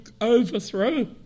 overthrow